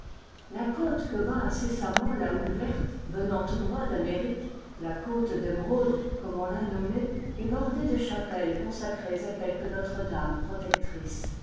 la côte que bat incessamment la houle verte venant tout droit d'amérique la côte d'émeraude comme on l'a nommée est bordée de chapelles consacrées à quelque notre-dame protectrice